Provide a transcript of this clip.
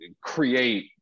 create